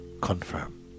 Confirm